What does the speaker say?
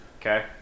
okay